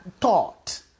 thought